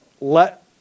let